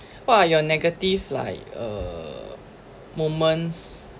what are your negative like uh moments